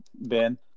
Ben